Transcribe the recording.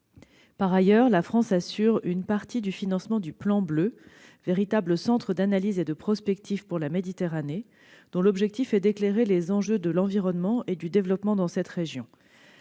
Par ailleurs, la France assure une partie du financement du plan Bleu, véritable centre d'analyse et de prospective pour la Méditerranée, dont l'objectif est d'éclairer les enjeux de l'environnement et du développement dans cette région.